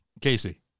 Casey